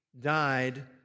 died